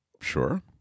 Sure